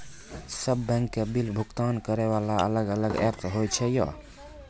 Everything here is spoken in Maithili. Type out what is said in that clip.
सब बैंक के बिल भुगतान करे वाला अलग अलग ऐप्स होय छै यो?